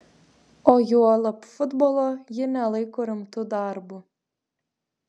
o juolab futbolo ji nelaiko rimtu darbu